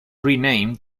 renamed